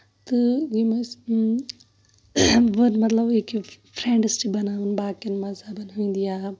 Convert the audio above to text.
تہٕ ییٚمِس ؤنۍ مطلب فرینڈٕس چھِ بَناوٕنۍ باقین مَزہبَن ہٕندۍ یا